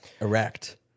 erect